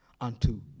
unto